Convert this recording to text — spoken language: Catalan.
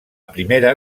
primera